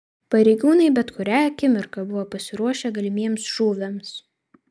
pareigūnai bet kurią akimirką buvo pasiruošę galimiems šūviams